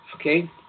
okay